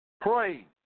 Pray